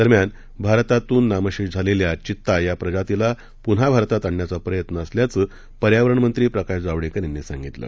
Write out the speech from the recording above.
दरम्यान भारतातून नामशेष झालेल्या चीता या प्रजातीला पुन्हा भारतात आणण्याचा प्रयत्न असल्याचं पर्यावरणमंत्री प्रकाश जावडेकर यांनी सांगितलं